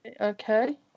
Okay